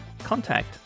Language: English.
contact